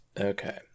Okay